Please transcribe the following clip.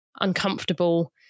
uncomfortable